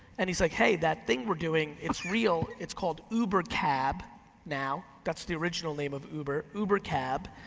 and he's like, hey that thing we're doing, it's real, it's called uber cab now. that's the original name of uber, uber cab.